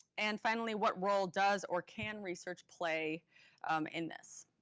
and finally, what role does or can research play in this?